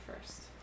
first